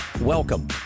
Welcome